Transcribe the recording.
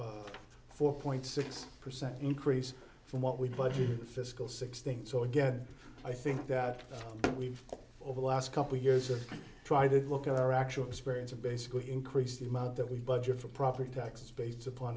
of four point six percent increase from what we budgeted fiscal sixteen so again i think that we've over the last couple of years of trying to look at our actual experience of basically increase the amount that we budget for property taxes based upon